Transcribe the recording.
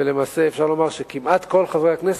ולמעשה אפשר לומר שכמעט כל חברי הכנסת,